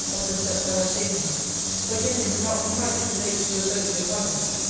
of the steps i have taken for yet it may not be quite too late to revoke the appointment.